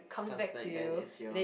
comes back then it's yours